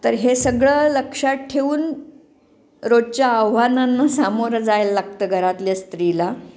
तर हे सगळं लक्षात ठेऊन रोजच्या आव्हानांना सामोरं जायला लागतं घरातल्या स्त्रीला